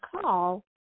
call